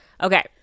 Okay